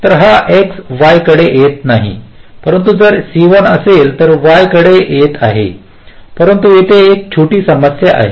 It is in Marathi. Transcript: तर हा X Y कडे येत नाही परंतु जर C1 असेल तर एक्स Y कडे येत आहे परंतु येथे एक छोटी समस्या आहे